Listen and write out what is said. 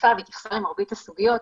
מקיפה והתייחסה למרבית הסוגיות.